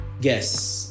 Guess